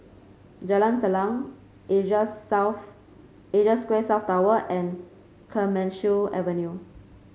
Jalan Salang Asia South Asia Square South Tower and Clemenceau Avenue